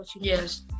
Yes